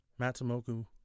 Matsumoku